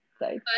Right